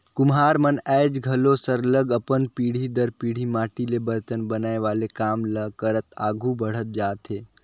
कुम्हार मन आएज घलो सरलग अपन पीढ़ी दर पीढ़ी माटी ले बरतन बनाए वाले काम ल करत आघु बढ़त जात हें